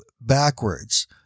backwards